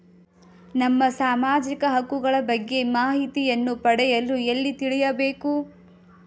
ನಮ್ಮ ಸಾಮಾಜಿಕ ಹಕ್ಕುಗಳ ಬಗ್ಗೆ ಮಾಹಿತಿಯನ್ನು ಪಡೆಯಲು ಎಲ್ಲಿ ತಿಳಿಯಬೇಕು?